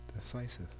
decisive